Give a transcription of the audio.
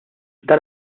dan